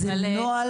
זה נוהל